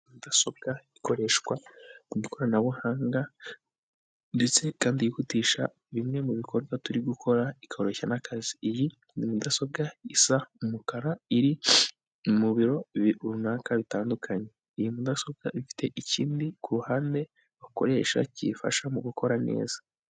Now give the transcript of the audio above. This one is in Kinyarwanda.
Mudasobwa ikoreshwa mu ikoranabuhanga ndetse kandi yihutisha bimwe mubikorwa turi gukora ikoroshya n'akazi, iyi ni mudasobwa isa umukara, iri mu biro runaka bitandukanye, iyi mudasobwa ifite ikindi ku ruhande bakoresha kiyifasha mu gukora neza.